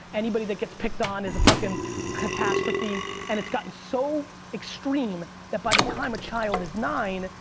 anybody that gets picked on is a fuckin' catastrophe and it's gotten so extreme that by the time a child is nine,